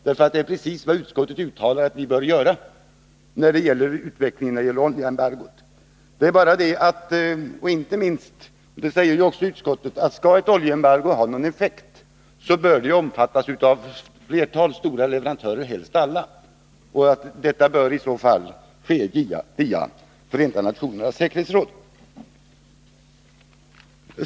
Det är precis vad utskottet uttalar att vi bör göra när det gäller utvecklingen i fråga om oljeembargot. Skall ett oljeembargo ha någon effekt — det säger utskottet också — bör det omfattas av flertalet stora leverantörer, helst alla. Aktionen bör i så fall ske via Förenta nationernas säkerhetsråd.